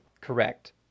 Correct